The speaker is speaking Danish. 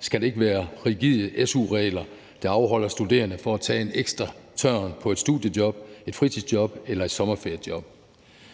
skal det ikke være rigide su-regler, der afholder studerende fra at tage en ekstra tørn på et studiejob, et fritidsjob eller et sommerferiejob.